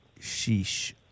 sheesh